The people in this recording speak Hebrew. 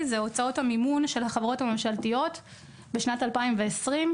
עוד נתון משמעותי הוא הוצאות המימון של החברות הממשלתיות בשנת 2020,